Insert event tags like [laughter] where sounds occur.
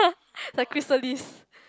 [laughs] the chrysalis